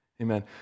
Amen